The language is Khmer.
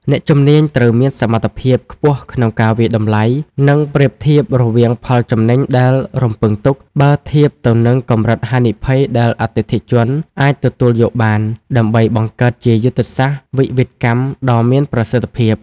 អ្នកជំនាញត្រូវមានសមត្ថភាពខ្ពស់ក្នុងការវាយតម្លៃ និងប្រៀបធៀបរវាងផលចំណេញដែលរំពឹងទុក បើធៀបទៅនឹងកម្រិតហានិភ័យដែលអតិថិជនអាចទទួលយកបាន ដើម្បីបង្កើតជាយុទ្ធសាស្ត្រវិវិធកម្មដ៏មានប្រសិទ្ធភាព។